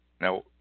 Now